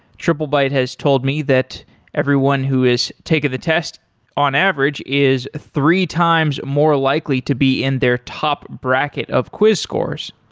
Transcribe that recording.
triplebyte has told me that everyone who has taken the test on average is three times more likely to be in their top bracket of quiz course.